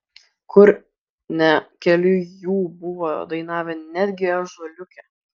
kur ne keli jų buvo dainavę netgi ąžuoliuke